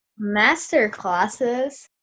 Masterclasses